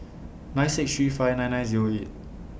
nine six three five nine nine Zero eight